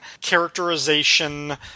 characterization